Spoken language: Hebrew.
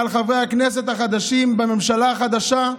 מעל חברי הכנסת החדשים בממשלה החדשה,